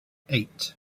eight